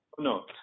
No